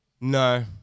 No